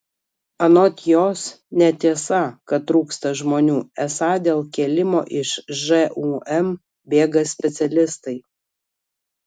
anot jos netiesa kad trūksta žmonių esą dėl kėlimo iš žūm bėga specialistai